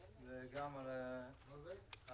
איך יכול להיות שדווקא בעיר העתיקה,